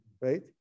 right